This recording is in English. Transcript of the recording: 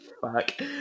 fuck